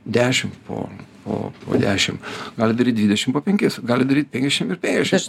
dešim po po po dešim galit daryt dvidešim po penkis galit daryti penkiašim ir penkiašim